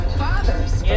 fathers